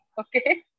Okay